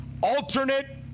alternate